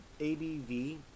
ABV